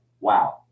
wow